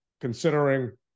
considering